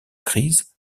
crise